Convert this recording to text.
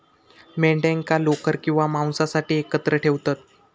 मेंढ्यांका लोकर किंवा मांसासाठी एकत्र ठेवतत